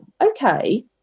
okay